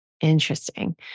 Interesting